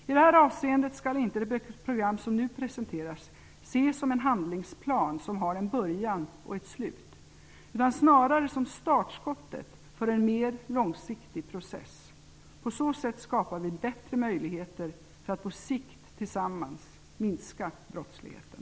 I detta avseende skall det program som nu presenteras inte ses som en handlingsplan som har en början och ett slut, utan snarare som startskottet för en mer långsiktig process. På så sätt skapar vi bättre möjligheter för att på sikt tillsammans minska brottsligheten.